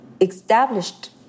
established